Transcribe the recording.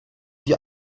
wie